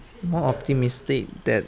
more optimistic that